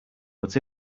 but